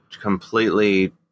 completely